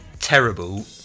terrible